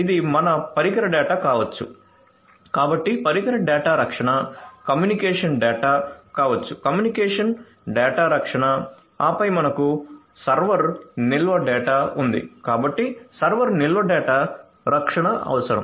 ఇది మన పరికర డేటా కావచ్చు కాబట్టి పరికర డేటా రక్షణ కమ్యూనికేషన్ డేటా కావచ్చు కమ్యూనికేషన్ డేటా రక్షణ ఆపై మనకు సర్వర్ నిల్వ డేటా ఉంది కాబట్టి సర్వర్ నిల్వ డేటా రక్షణ అవసరం